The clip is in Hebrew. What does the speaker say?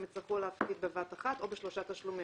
הם יצטרכו להפקיד בבת אחת או בשלושה תשלומים,